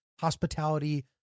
hospitality